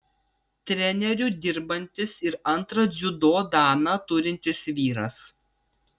treneriu dirbantis ir antrą dziudo daną turintis vyras